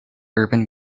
urban